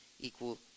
equal